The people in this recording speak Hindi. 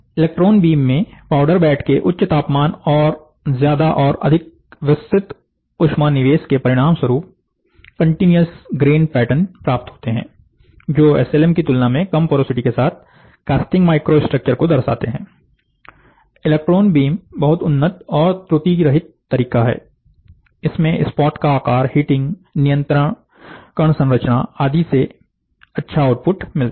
इलेक्ट्रॉन बीम में पाउडर बेड के उच्च तापमान और ज्यादा और अधिक विस्तृत उष्मा निवेश के परिणामस्वरूप कंटिन्यूस ग्रेन पेटर्न प्राप्त होते हैं जो एसएलएम की तुलना में कम पोरोसिटी के साथ कास्टिंग माइक्रोस्ट्रक्चर को दर्शाता है इलेक्ट्रॉन बीम बहुत उन्नत और त्रुटिरहित तरीका है इसमें स्पॉट का आकार हिटिंग नियंत्रित कण संरचना आदि से सबसे अच्छा आउटपुट मिलता है